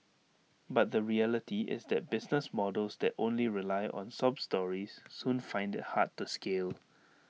but the reality is that business models that only rely on sob stories soon find IT hard to scale